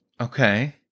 Okay